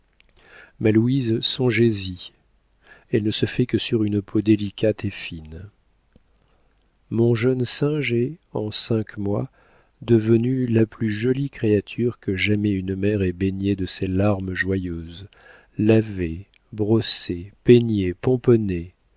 louise songez-y elle ne se fait que sur une peau délicate et fine mon jeune singe est en cinq mois devenu la plus jolie créature que jamais une mère ait baignée de ses larmes joyeuses lavée brossée peignée pomponnée